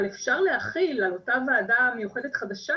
אבל אפשר להחיל על אותה ועדה מיוחדת חדשה